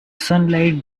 sunlight